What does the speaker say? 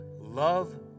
love